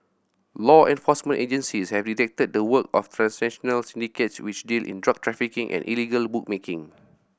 law enforcement agencies have detected the work of transnational syndicates which deal in drug trafficking and illegal bookmaking